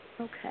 Okay